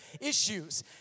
issues